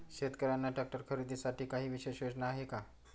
शेतकऱ्यांना ट्रॅक्टर खरीदीसाठी काही विशेष योजना आहे का?